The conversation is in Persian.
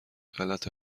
غلط